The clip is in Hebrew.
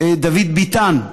דוד ביטן,